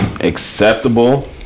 acceptable